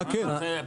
מה כן?